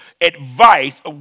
advice